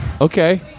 Okay